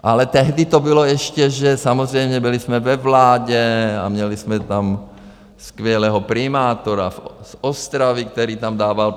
Ale tehdy to bylo ještě, že samozřejmě jsme byli ve vládě a měli jsme tam skvělého primátora z Ostravy, který tam dával...